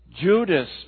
Judas